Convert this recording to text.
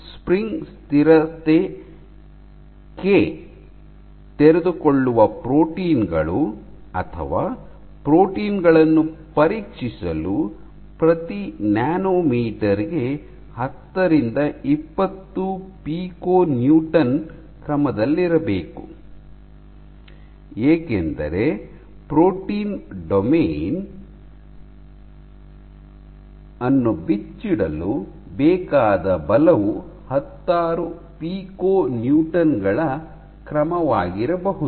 spring ಸ್ಥಿರ ಕೆ ತೆರೆದುಕೊಳ್ಳುವ ಪ್ರೋಟೀನ್ ಗಳು ಅಥವಾ ಪ್ರೋಟೀನ್ ಗಳನ್ನು ಪರೀಕ್ಷಿಸಲು ಪ್ರತಿ ನ್ಯಾನೊಮೀಟರ್ ಗೆ ಹತ್ತರಿಂದ ಇಪ್ಪತ್ತು ಪಿಕೊನ್ಯೂಟೋನ್ ಕ್ರಮದಲ್ಲಿರಬೇಕು ಏಕೆಂದರೆ ಪ್ರೋಟೀನ್ ಡೊಮೇನ್ ಅನ್ನು ಬಿಚ್ಚಿಡಲು ಬೇಕಾದ ಬಲವು ಹತ್ತಾರು ಪಿಕೊನ್ಯೂಟೋನ್ ಗಳ ಕ್ರಮವಾಗಿರಬಹುದು